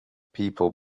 people